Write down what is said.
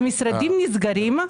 המשרדים נסגרים.